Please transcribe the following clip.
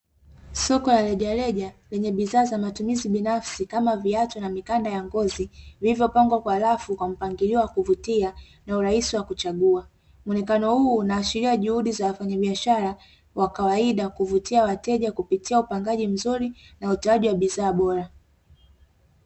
Soko la rejareja lenye bidhaa za matumizi binafsi kama viatu na mikanda ya ngozi, vilivyopangwa kwa rafu, kwa mpangilio wa kuvutia na urahisi wa kuchagua. Muonekano huu unaashiria juhudi za wafanyabiashara wa kawaida kuvutia wateja kupitia upangaji mzuri na utoaji wa bidhaa bora.